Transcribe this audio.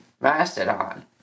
mastodon